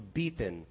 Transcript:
beaten